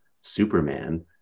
Superman